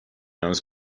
هنوز